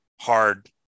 hard